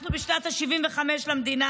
אנחנו בשנת ה-75 למדינה,